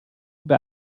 über